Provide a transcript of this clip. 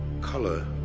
color